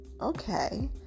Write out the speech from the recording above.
okay